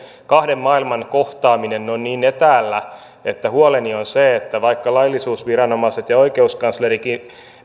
kahden maailman kohtaaminen on niin etäällä että huoleni on se että vaikka laillisuusviranomaiset ja oikeuskanslerikin